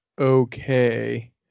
okay